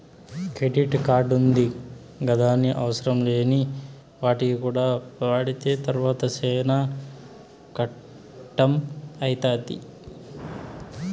credit కార్డుంది గదాని అవసరంలేని వాటికి కూడా వాడితే తర్వాత సేనా కట్టం అయితాది